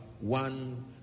one